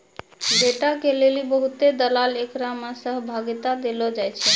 data के लेली बहुते दलाल एकरा मे सहभागिता देलो जाय छै